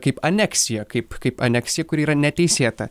kaip aneksiją kaip kaip aneksiją kuri yra neteisėta